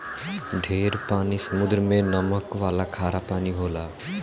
ढेर पानी समुद्र मे नमक वाला खारा पानी होला